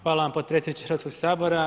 Hvala vam potpredsjedniče Hrvatskog sabora.